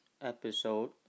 episode